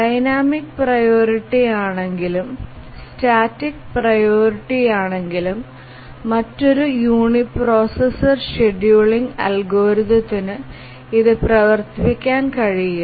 dynamic priority ആണെകിലും static പ്രിയോറിറ്റിയാണെങ്കിലും മറ്റൊരു യൂണിപ്രൊസസ്സർ ഷെഡ്യൂളിംഗ് അൽഗോരിതത്തിനു ഇത് പ്രവർത്തിപ്പിക്കാൻ കഴിയില്ല